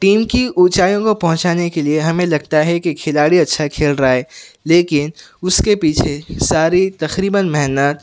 team کی اونچائیوں کو پہنچانے کے لئے ہمیں لگتا ہے کہ کھلاڑی اچھا کھیل رہا ہے لیکن اس کے پیچھے ساری تقریباً محنت